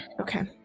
Okay